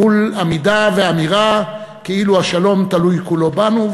מול עמידה ואמירה כאילו השלום תלוי כולו בנו,